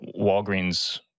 Walgreens